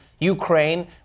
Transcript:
Ukraine